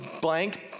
blank